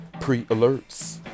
pre-alerts